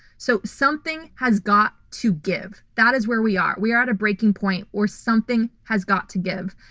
so, something has got to give. that is where we are. we are at a breaking point where something has got to give.